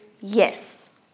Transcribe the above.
yes